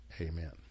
amen